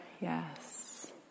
yes